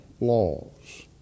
laws